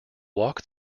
walk